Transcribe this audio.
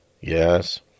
Yes